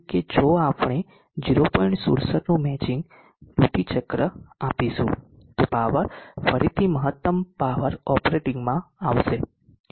67 નું matching duty ચક્ર આપીશું તો પાવર ફરીથી મહત્તમ પાવર ઓપરેટિંગમાં આવશે